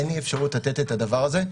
אין לי אפשרות לתת את הדבר הזה,